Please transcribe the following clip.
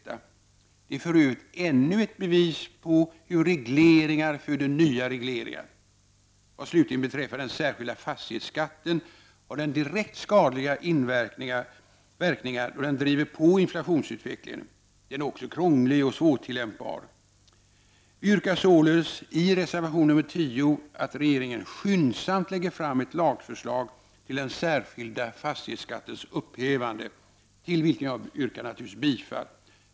Det är för övrigt ännu ett bevis på att regleringar föder nya regleringar. Den särskilda fastighetsskatten slutligen har direkt skadliga verkningar, då den driver på inflationsutvecklingen. Den är också krånglig och svårtilllämpbar. Vi yrkar således i reservation 10, till vilken jag naturligtvis yrkar bifall, att regeringen skyndsamt lägger fram ett lagförslag om den särskilda fastighetsskattens upphävande.